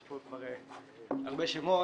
יש לו כבר הרבה שמות,